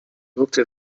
wirkte